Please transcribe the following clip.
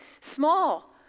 small